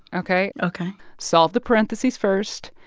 ok? ok solve the parentheses first,